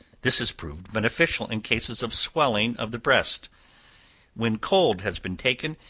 this has proved beneficial in cases of swelling of the breast when cold has been taken,